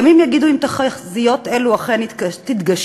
ימים יגידו אם תחזיות אלו אכן תתגשמנה,